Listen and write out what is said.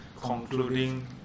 concluding